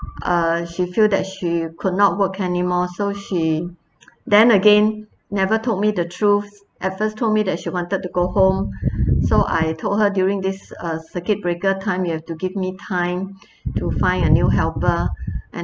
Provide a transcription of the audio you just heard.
uh she feel that she could not work anymore so she then again never told me the truth at first told me that she wanted to go home so I told her during this uh circuit breaker time you have to give me time to find a new helper and